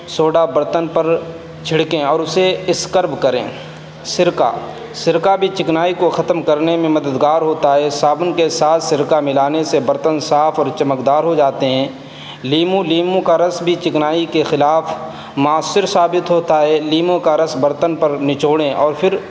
soda برتن پر چھڑکیں اور اسے اسکرب کریں سرکہ سرکہ بھی چکنائی کو ختم کرنے میں مددگار ہوتا ہے صابن کے ساتھ سرکہ ملانے سے برتن صاف اور چمکدار ہو جاتے ہیں لیمو لیمو کا رس بھی چکنائی کے خلاف مؤثر ثابت ہوتا ہے لیمو کا رس برتن پر نچوڑیں اور پھر